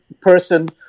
person